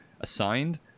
assigned